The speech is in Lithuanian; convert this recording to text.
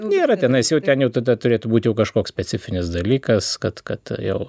nėra tenais jau ten jau tada turėtų būti kažkoks specifinis dalykas kad kad jau